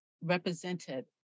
represented